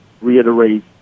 reiterate